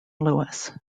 lewis